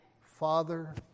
Father